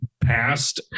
passed